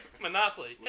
Monopoly